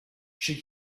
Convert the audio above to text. she